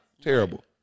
Terrible